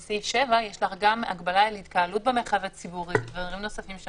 בסעיף 7 יש גם הגבלה על התקהלות במרחב הציבורי וכל מיני דברים נוספים.